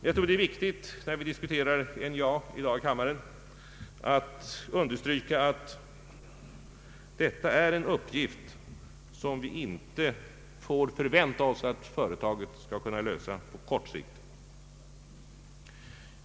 Jag tror att det är viktigt att understryka, när vi i dag i kammaren diskuterar NJA, att detta är en uppgift som vi inte får förvänta oss att företaget skall kunna klara på kort sikt.